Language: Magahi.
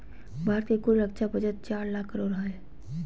भारत के कुल रक्षा बजट चार लाख करोड़ हय